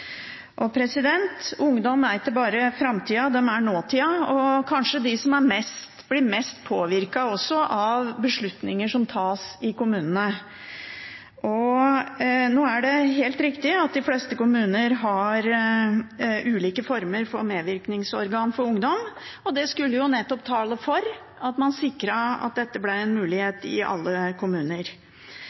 Ungdom er ikke bare framtida, de er nåtida, og kanskje også de som blir mest påvirket av beslutninger som tas i kommunene. Nå er det helt riktig at de fleste kommuner har ulike former for medvirkningsorgan for ungdom, og det skulle nettopp tale for at man sikret at dette ble en mulighet i alle kommuner.